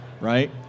right